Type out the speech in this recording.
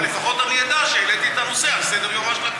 אבל לפחות אני אדע שהעליתי את הנושא על סדר-יומה של הכנסת.